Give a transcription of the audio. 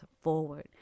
forward